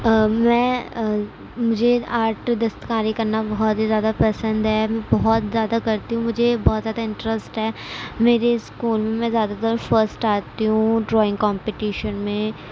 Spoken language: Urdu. میں مجھے آرٹ دستکاری کرنا بہت ہی زیادہ پسند ہے میں بہت زیادہ کرتی ہوں مجھے بہت زیادہ انٹریسٹ ہے میرے اسکول میں زیادہ تر فسٹ آتی ہوں ڈرائینگ کامپٹیشن میں